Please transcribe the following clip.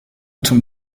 zum